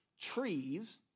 trees